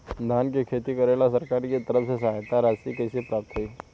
धान के खेती करेला सरकार के तरफ से सहायता राशि कइसे प्राप्त होइ?